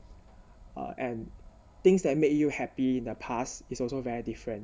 uh and things that make you happy in the past is also very different